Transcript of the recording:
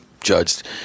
judged